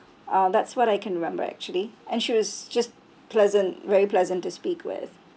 uh that's what I can remember actually and she was just pleasant very pleasant to speak with